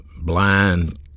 blind